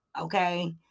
okay